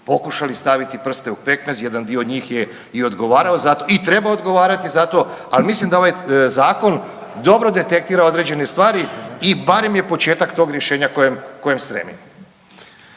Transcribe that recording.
pokušali staviti prste u pekmez, jedan dio njih je i odgovarao za to i treba odgovarati za to, al mislim da ovaj zakon dobro detektira određene stvari i barem je početak tog rješenja kojem, kojem